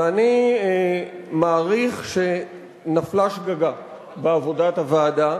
ואני מעריך שנפלה שגגה בעבודת הוועדה,